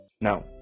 now